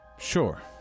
Sure